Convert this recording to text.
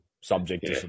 subject